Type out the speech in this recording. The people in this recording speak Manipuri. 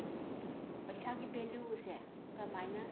ꯄꯩꯁꯥꯒꯤ ꯚꯦꯂꯨ ꯑꯁꯦ ꯀꯔꯝꯃꯥꯏꯅ